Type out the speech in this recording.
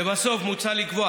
לבסוף, מוצע לקבוע